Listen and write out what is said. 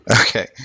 Okay